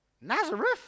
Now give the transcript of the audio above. Nazareth